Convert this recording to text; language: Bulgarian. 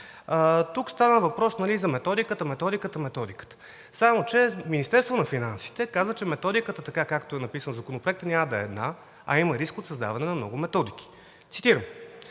Тук става въпрос за методиката, методиката, методиката! Само че Министерството на финансите каза, че методиката така, както е написан Законопроектът, няма да е една, а има риск от създаване на много методики. Цитирам: